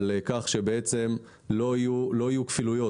על כך שלא יהיו כפילויות,